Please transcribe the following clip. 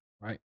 right